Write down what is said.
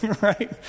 right